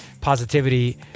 positivity